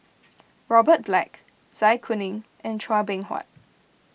Robert Black Zai Kuning and Chua Beng Huat